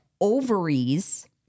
ovaries